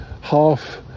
half